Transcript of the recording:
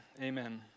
amen